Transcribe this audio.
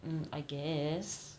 mm I guess